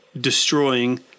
destroying